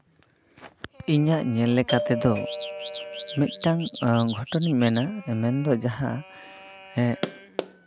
ᱤᱧᱟᱹᱜ ᱧᱮᱞ ᱞᱮᱠᱟ ᱛᱮᱫᱚ ᱢᱤᱫᱴᱮᱱ ᱜᱷᱚᱴᱚᱱ ᱤᱧ ᱢᱮᱱᱟ ᱢᱮᱱ ᱫᱚ ᱡᱟᱦᱟᱸ ᱮᱜ